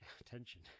attention